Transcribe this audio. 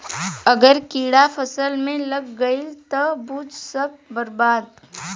अगर कीड़ा फसल में लाग गईल त बुझ सब बर्बाद